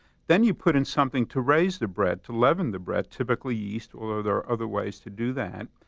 then you put in something to raise the bread, to leaven the bread, typically yeast, although there are other ways to do that.